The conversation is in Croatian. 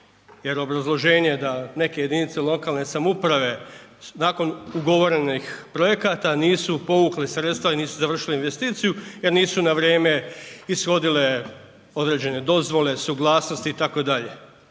jer obrazloženje je da neke jedinice lokalne samouprave nakon ugovorenih projekata, nisu povukli sredstva i nisu završili investiciju jer nisu na vrijeme ishodile određene dozvole, suglasnosti itd.